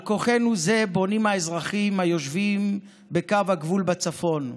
על כוחנו זה בונים האזרחים היושבים בקו הגבול בצפון,